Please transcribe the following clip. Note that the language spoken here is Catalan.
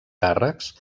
càrrecs